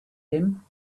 him